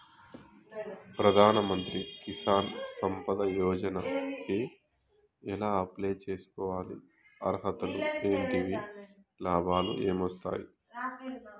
ప్రధాన మంత్రి కిసాన్ సంపద యోజన కి ఎలా అప్లయ్ చేసుకోవాలి? అర్హతలు ఏంటివి? లాభాలు ఏమొస్తాయి?